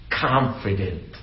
confident